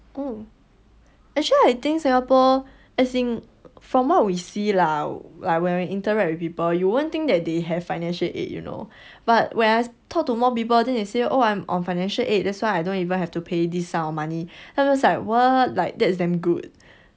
oh actually I think singapore as in from what we see lah like when we interact with people you won't think that they have financial aid you know but whereas talk to more people then they say oh I'm on financial aid that's why I don't even have to pay this sum of money then I was what that's damn good